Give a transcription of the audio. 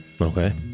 Okay